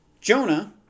Jonah